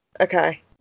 okay